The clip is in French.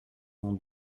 mon